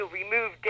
remove